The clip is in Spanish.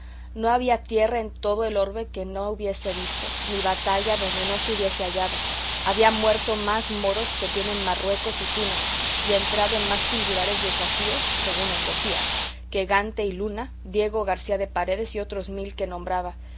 no había tierra en todo el orbe que no hubiese visto ni batalla donde no se hubiese hallado había muerto más moros que tiene marruecos y túnez y entrado en más singulares desafíos según él decía que gante y luna diego garcía de paredes y otros mil que nombraba